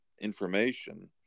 information